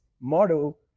model